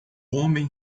homem